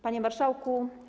Panie Marszałku!